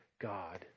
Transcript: God